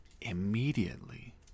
immediately